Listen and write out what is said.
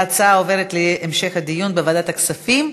ההצעה עוברת להמשך דיון בוועדת הכספים.